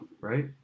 Right